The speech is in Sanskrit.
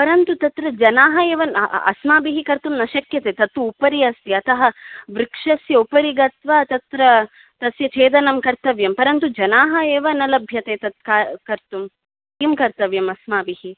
परन्तु तत्र जनाः एव न अस्माभिः कर्तुं न शक्यते तत्तु उपरि अस्ति अतः वृक्षस्य उपरि गत्वा तत्र तस्य छेदनं कर्तव्यं परन्तु जनाः एव न लभ्यते तत्का कर्तुं किं कर्तव्यम् अस्माभिः